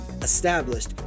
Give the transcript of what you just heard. established